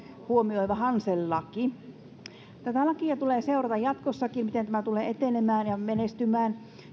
huomioiva hansel laki tulee seurata jatkossakin miten tämä laki tulee etenemään ja menestymään